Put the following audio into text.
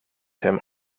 him